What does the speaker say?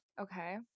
okay